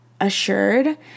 assured